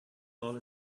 all